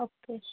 okay